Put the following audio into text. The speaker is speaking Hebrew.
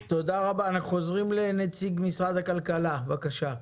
תודה רבה, אנחנו חוזרים לנציג משרד הכלכלה, בבקשה.